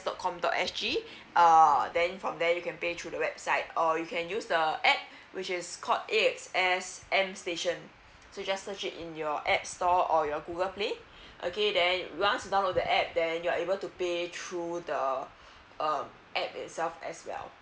dot com dot S_G err then from there you can pay through the website or you can use the app which is called axs m station so just search it in your app store or your google play okay then once you download the app then you are able to pay through the uh app itself as well